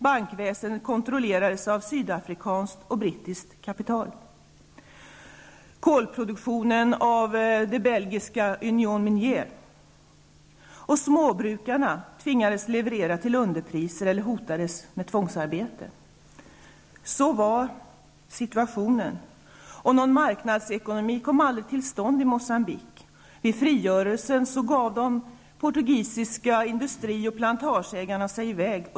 Bankväsendet kontrollerades av sydafrikanskt och brittiskt kapital, kolproduktionen av det belgiska företaget Union Någon marknadsekonomi kom aldrig till stånd i Moçambique. Vid frigörelsen gav sig de portugisiska industri och plantageägarna i väg.